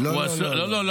לא לא לא,